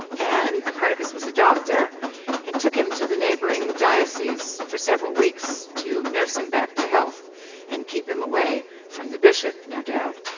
and copernicus was a doctor and took him to the neighbouring diocese for several weeks to nurse him back to health and keep him away from the bishop, no doubt.